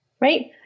Right